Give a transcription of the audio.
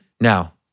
Now